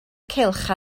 cylch